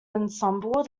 ensemble